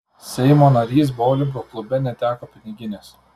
seimo narys boulingo klube neteko piniginės